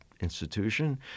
institution